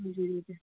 हजुर हुन्छ